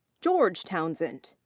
george townsend.